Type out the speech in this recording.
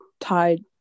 tied